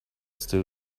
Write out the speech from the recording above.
still